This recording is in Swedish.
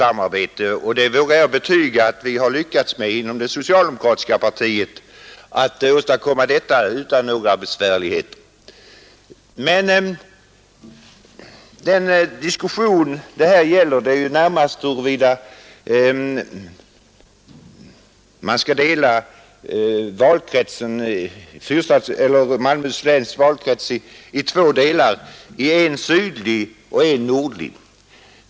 Jag vågar betyga att vi utan några besvärligheter lyckats med det i det socialdemokratiska partiet. Men vad frågan gäller är närmast huruvida man skall dela Malmöhus läns valkrets i två delar, en sydlig och en nordlig.